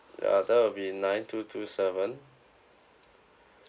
uh that'll be nine two two seven